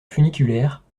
funiculaire